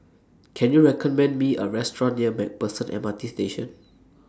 Can YOU recommend Me A Restaurant near MacPherson M R T Station